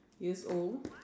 years old